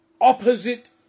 opposite